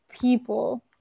people